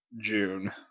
June